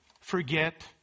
forget